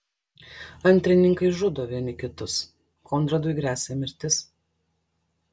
antrininkai žudo vieni kitus konradui gresia mirtis